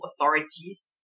authorities